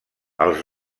els